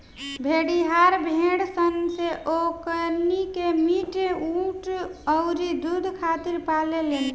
भेड़िहार भेड़ सन से ओकनी के मीट, ऊँन अउरी दुध खातिर पाले लेन